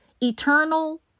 Eternal